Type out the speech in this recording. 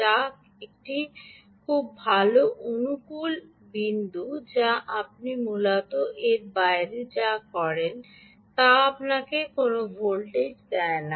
যা খুব ভাল অনুকূল বিন্দু যা আপনি মূলত এর বাইরে যা করেন তা আপনাকে কোনও ভোল্টেজ দেয় না